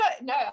no